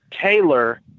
Taylor